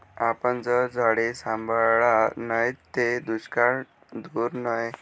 आपन जर झाडे सांभाळा नैत ते दुष्काळ दूर नै